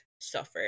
suffer